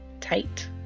tight